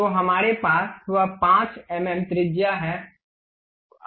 तो हमारे पास वह 5 एम एम त्रिज्या है